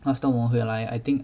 half term 我回来 I think